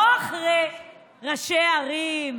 לא אחרי ראשי ערים,